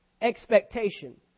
expectation